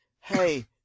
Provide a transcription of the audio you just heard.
hey